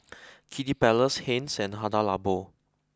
Kiddy Palace Heinz and Hada Labo